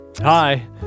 Hi